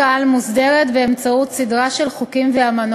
אנחנו חושבים שיש כאן פגיעה קשה בזכויותיהם של הנחקרים,